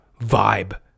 vibe